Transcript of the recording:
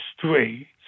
three